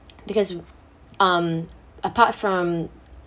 because um apart from